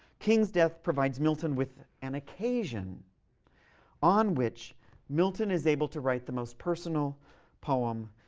king's death provides milton with an occasion on which milton is able to write the most personal poem